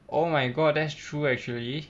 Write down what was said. oh my god that's true actually